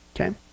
Okay